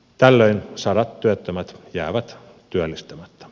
tällöin sadat työttömät jäävät työllistämättä